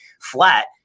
flat